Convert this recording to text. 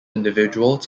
individuals